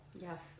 Yes